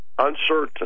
uncertain